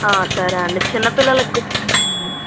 సరే అండి చిన్నపిల్లలకి కూడా ఉన్నాయండి